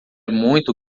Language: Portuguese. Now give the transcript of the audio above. muito